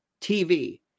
TV